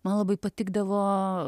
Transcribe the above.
man labai patikdavo